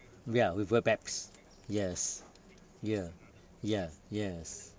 ya with Webex yes ya ya yes